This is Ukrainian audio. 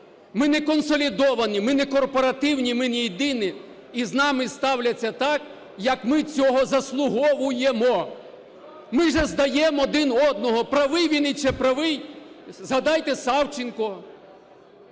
Ми не консолідовані, ми не корпоративні і ми не єдині, і з нами ставляться так, як ми цього заслуговуємо. Ми ж здаємо один одного, правий він чи неправий. Згадайте Савченко,